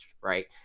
right